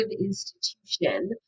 institution